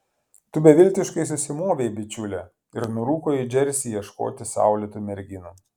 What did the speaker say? tu beviltiškai susimovei bičiule ir nurūko į džersį ieškoti saulėtų merginų